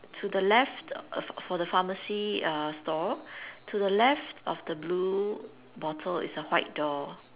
to the left for the pharmacy uh stall to the left of the blue bottle is a white door